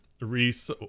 Reese